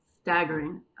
staggering